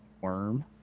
worm